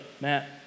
Matt